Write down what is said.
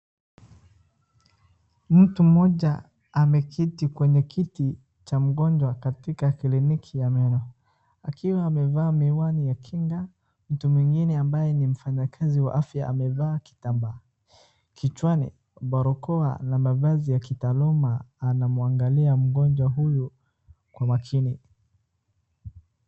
Mtu mmoja ameketi kwenye kiti cha mgonjwa katika kliniki ya meno akiwa amevaa miwani ya kinga. Mtu mwingine ambaye ni mfanyakazi wa afya amevaa kitambaa kichwani, barakoa na mavazi ya kitaaluma anamuanaglia mgonjwa huyu kwa makini.